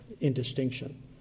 indistinction